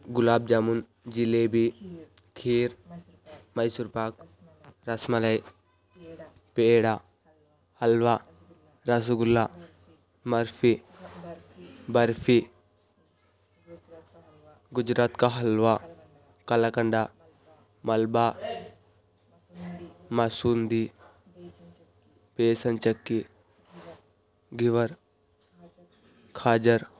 గులాబ్జామున్ జిలేబీ ఖీర్ మైసూర్పాక్ రసమలై పేడ హల్వా రసగుల్ల మర్ఫీ బర్ఫీ గుజరాత్కా హల్వా కలకండ మాల్పువా మసూంది బేసన్ చెక్కి గేవర్ కాజర్